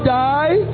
die